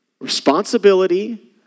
responsibility